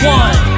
one